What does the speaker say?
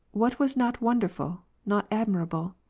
what was not wonderful, not admirable?